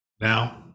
Now